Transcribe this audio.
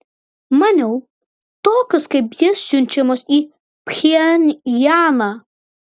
maniau tokios kaip ji siunčiamos į pchenjaną